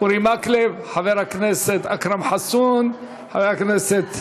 אורי מקלב, חבר הכנסת אכרם חסון, חבר הכנסת